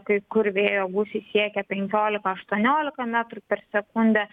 kai kur vėjo gūsiai siekia penkiolika aštuoniolika metrų per sekundę